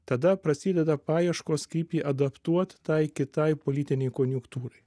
tada prasideda paieškos kaip jį adaptuot tai kitai politinei konjunktūrai